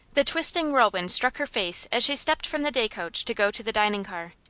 the twisting whirlwind struck her face as she stepped from the day coach to go to the dining car.